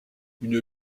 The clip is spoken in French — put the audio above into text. une